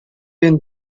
been